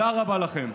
תודה רבה לכם.